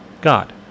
God